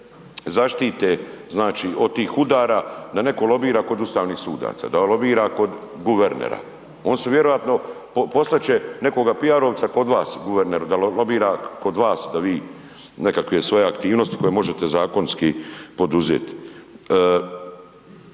znači od tih udara da netko lobira kod ustavnih sudaca, da lobira kod guvernera. On se vjerojatno, poslat će nekoga PR-ovca kod vas guverneru da lobira kod vas, da vi nekakve svoje aktivnosti koje možete zakonski poduzeti.